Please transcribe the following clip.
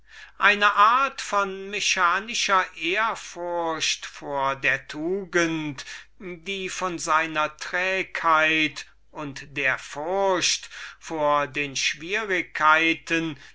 eine art von maschinalischer ehrfurcht vor der tugend die von seiner indolenz und der furchtbaren vorstellung herkam welche er sich von den schwierigkeiten